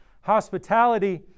hospitality